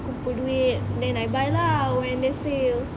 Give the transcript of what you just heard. kumpul duit then I buy lah when there's sale